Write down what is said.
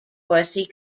dorsey